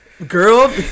Girl